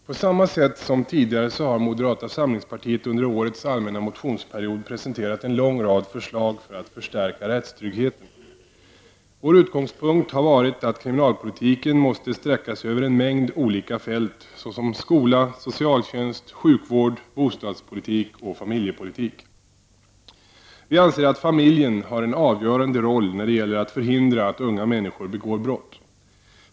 Herr talman! På samma sätt som tidigare har moderata samlingspartiet under årets allmänna motionsperiod presenterat en lång rad förslag för att förstärka rättstryggheten. Vår utgångspunkt har varit att kriminalpolitiken måste sträcka sig över en mängd olika fält såsom skola, socialtjänst, sjukvård, bostadspolitik och familjepolitik. Vi anser att familjen har en avgörande roll när det gäller att förhindra att unga människor begår brott.